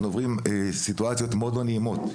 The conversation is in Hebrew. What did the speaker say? אנחנו עוברים סיטואציות מאוד מאוד לא נעימות,